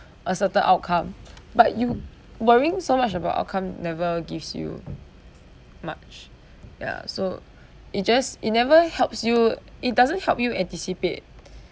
a certain outcome but you worrying so much about outcome never gives you much ya so it just it never helps you it doesn't help you anticipate